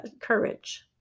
courage